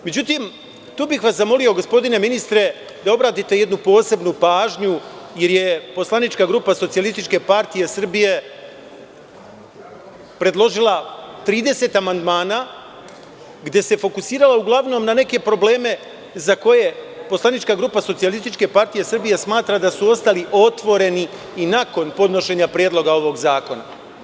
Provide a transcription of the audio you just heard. Međutim, tu bih vas zamolio gospodine ministre, da obratite jednu posebnu pažnju, jer poslanička grupa SPS je predložila 30 amandmana gde se fokusirala uglavnom na neke probleme za koje poslanička grupa SPS smatra da su ostali otvoreni i nakon podnošenja Predloga ovog zakona.